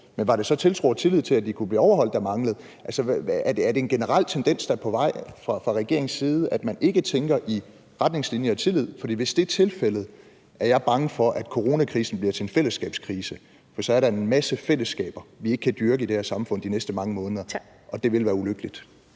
men var det så tillid og tiltro til, at de kunne blive overholdt, der manglede? Er det en generel tendens, der er på vej fra regeringens side, altså at man ikke tænker i retningslinjer og tillid, for hvis det er tilfældet, er jeg bange for, at coronakrisen bliver til en fællesskabskrise, for så er der en masse fællesskaber, vi ikke kan dyrke i det her samfund de næste mange måneder, og det ville være ulykkeligt.